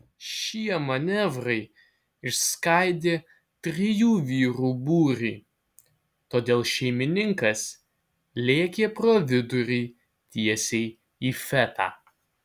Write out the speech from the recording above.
šie manevrai išskaidė trijų vyrų būrį todėl šeimininkas lėkė pro vidurį tiesiai į fetą